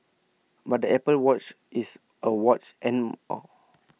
but the Apple watch is A watch and more